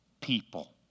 people